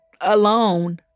alone